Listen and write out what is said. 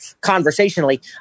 conversationally